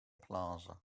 plaza